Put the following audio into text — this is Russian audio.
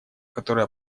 который